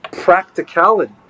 practicality